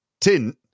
tin